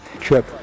trip